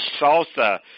salsa